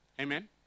amen